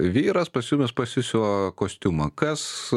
vyras pas jumis pasisiuva kostiumą kas